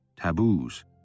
taboos